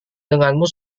denganmu